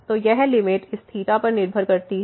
तो यह लिमिट इस पर निर्भर करती है